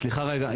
סליחה רגע,